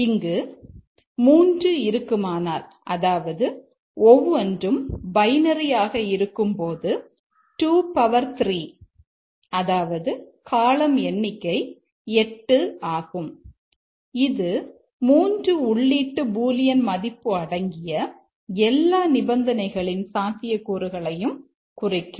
இங்கு 3 இருக்குமானால் அதாவது ஒவ்வொன்றும் பைனரி மதிப்பு அடங்கிய எல்லா நிபந்தனைகளின் சாத்தியக்கூறுகளையும் குறிக்கும்